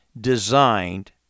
designed